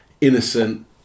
innocent